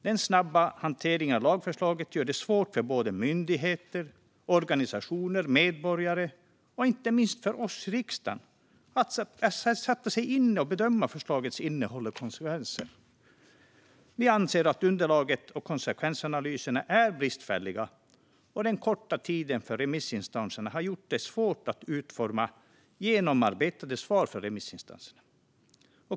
Den snabba hanteringen av lagförslaget gör det svårt för myndigheter, organisationer, medborgare och inte minst oss i riksdagen att sätta sig in i och bedöma förslagets innehåll och konsekvenser. Vi anser att underlaget och konsekvensanalyserna är bristfälliga och att den korta tiden för remissinstanserna har gjort det svårt att utforma genomarbetade svar.